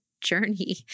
journey